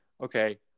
Okay